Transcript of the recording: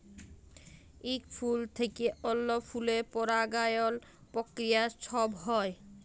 ইক ফুল থ্যাইকে অল্য ফুলে পরাগায়ল পক্রিয়া ছব হ্যয়